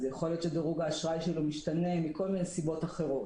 אז יכול להיות שדירוג האשראי שלו משתנה מכל מיני סיבות אחרות.